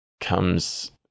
comes